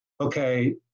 okay